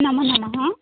नमो नमः